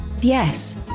Yes